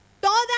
Toda